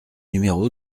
numéro